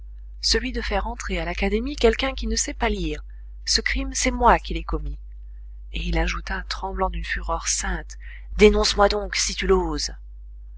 celui de faire entrer à l'académie quelqu'un qui ne sait pas lire ce crime c'est moi qui l'ai commis et il ajouta tremblant d'une fureur sainte dénonce moi donc si tu l'oses